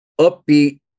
upbeat